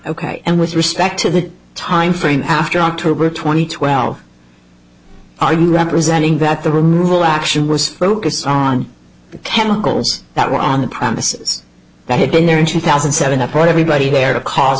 ok and with respect to the time frame after october twenty twelve are you representing that the removal action was focused on chemicals that were on the premises that had been there in two thousand and seven that brought everybody there to cause